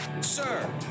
sir